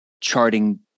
charting